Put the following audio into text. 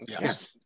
Yes